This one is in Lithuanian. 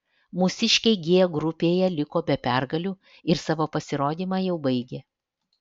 mūsiškiai g grupėje liko be pergalių ir savo pasirodymą jau baigė